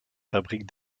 fabrique